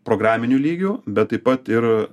programiniu lygiu bet taip pat ir